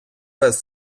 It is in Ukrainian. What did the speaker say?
пес